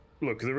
look